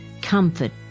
comfort